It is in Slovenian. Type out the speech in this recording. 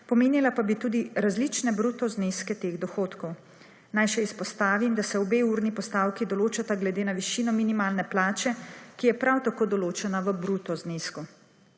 Pomenila pa bi tudi različne bruto zneske teh dohodkov. Naj še izpostavim, da se obe urni postavki določata glede na višino minimalne plače, ki je prav tako določena v bruto znesku.